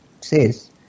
says